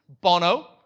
Bono